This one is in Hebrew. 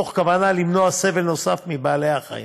מתוך כוונה למנוע סבל נוסף מבעלי-החיים.